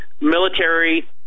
military